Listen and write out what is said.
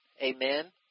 Amen